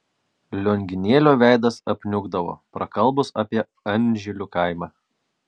lionginėlio veidas apniukdavo prakalbus apie anžilių kaimą